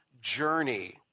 journey